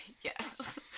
Yes